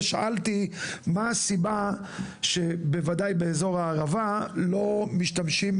ושאלתי מה הסיבה שבוודאי באזור הערבה לא משתמשים